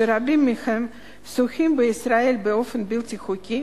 שרבים מהם שוהים בישראל באופן בלתי חוקי,